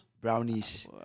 Brownies